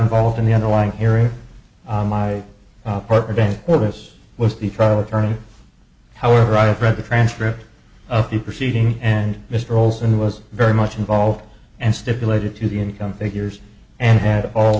involved in the underlying hearing on my part revenge or this was the trial attorney however i have read the transcript of the proceeding and mr olson was very much involved and stipulated to the income figures and had all